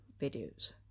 videos